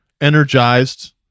energized